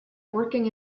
working